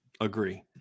Agree